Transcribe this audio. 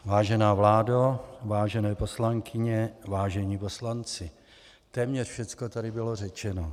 Vážená vládo, vážené poslankyně, vážení poslanci, téměř všecko tady bylo řečeno.